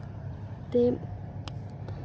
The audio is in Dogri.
ते